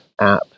app